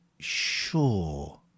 sure